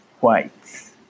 whites